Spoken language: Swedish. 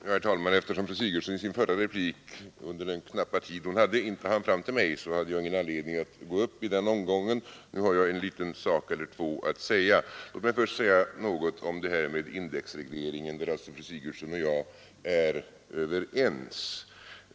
Herr talman! Eftersom fru Sigurdsen under den korta tid hon hade i sin förra replik inte hann fram till mig, hade jag ingen anledning gå upp i den omgången. Nu har jag en liten sak eller kanske två att säga. Låt mig först säga något om indexregleringen, där fru Sigurdsen och jag är överens.